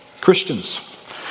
Christians